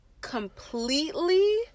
completely